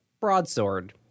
broadsword